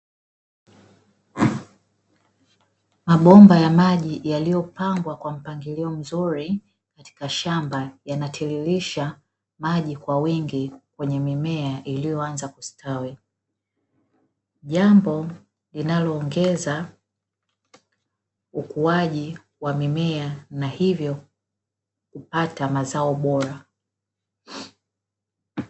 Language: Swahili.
Mabomba ya maji yaliyopangwa kwa mpangilio mzuri, katika shamba yanatiririsha maji kwa wengi kwenye mimea iliyoanza kustawi. Jambo linaloongeza ukuaji wa mimea na hivyo kupata mazao bora.